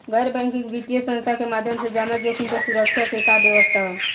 गैर बैंकिंग वित्तीय संस्था के माध्यम से जमा जोखिम पर सुरक्षा के का व्यवस्था ह?